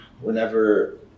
whenever